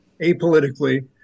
apolitically